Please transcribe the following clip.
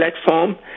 platform